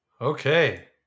Okay